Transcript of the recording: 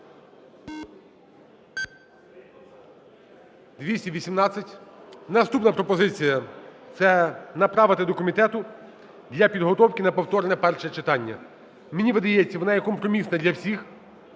За-218 Наступна пропозиція – це направити до комітету для підготовки на повторне перше читання. Мені видається, вона є компромісною для всіх.